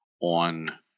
on